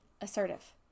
assertive